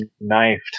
knifed